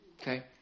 Okay